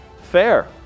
Fair